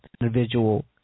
Individual